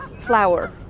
flower